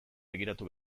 begiratu